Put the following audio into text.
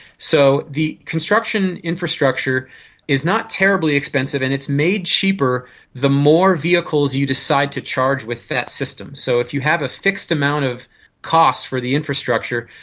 so the construction infrastructure is not terribly expensive, and it's made cheaper the more vehicles you decide to charge with that system. so if you have a fixed amount of costs for the infrastructure,